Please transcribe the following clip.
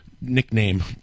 Nickname